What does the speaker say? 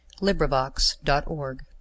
LibriVox.org